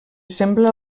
sembla